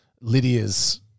Lydia's